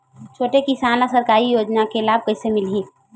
छोटे किसान ला सरकारी योजना के लाभ कइसे मिलही?